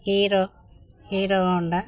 hero Hero Honda